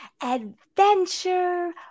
adventure